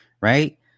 right